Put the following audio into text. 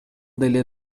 деле